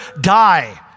die